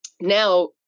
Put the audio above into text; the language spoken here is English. Now